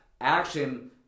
action